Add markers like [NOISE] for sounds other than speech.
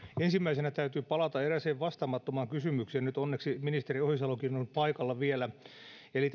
ensimmäisenä täytyy palata erääseen vastaamattomaan kysymykseen onneksi ministeri ohisalokin on nyt vielä paikalla eli [UNINTELLIGIBLE]